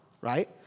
right